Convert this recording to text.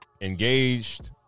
engaged